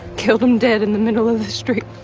killed him dead in the middle of the street.